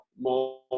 more